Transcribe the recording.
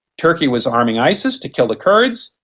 turkey was arming isis to kill the kurds,